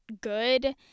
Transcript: good